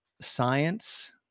science